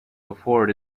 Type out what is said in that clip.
before